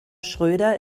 schröder